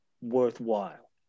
worthwhile